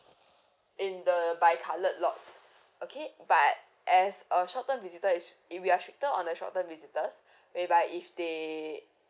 in the by coloured lots okay but as a short term visitor it's and we are stricter on the short term visitors whereby if they